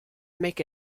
make